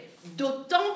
d'autant